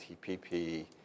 TPP